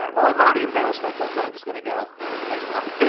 well, i've already embarrassed myself, so i'm just gonna go and let you guys talk